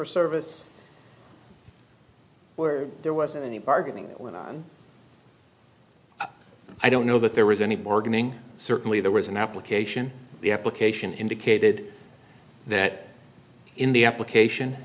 for service where there wasn't any bargaining that went on i don't know that there was any bargaining certainly there was an application the application indicated that in the application